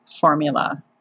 formula